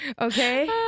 Okay